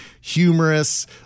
humorous